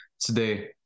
today